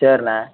சரிண்ணே